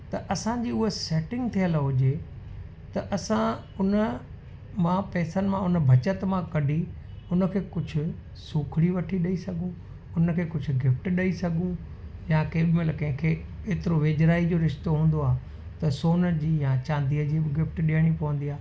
त असांजी उहा सेटिंग थियल हुजे त असां उन मां पैसनि मां उन बचति मां कढी सूखड़ी वठी ॾेई सघूं उन खे कुझु गिफ्ट ॾेई सघूं या केॾीमहिल कंहिंखे एतिरो वेझराई जो रिश्तो हूंदो आहे त सोन जी या चांदीअ जी बि गिफ्ट ॾियणी पवंदी आहे